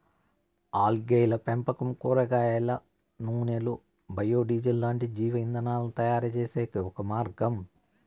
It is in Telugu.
ఆల్గేల పెంపకం కూరగాయల నూనెలు, బయో డీజిల్ లాంటి జీవ ఇంధనాలను తయారుచేసేకి ఒక మార్గం